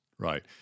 Right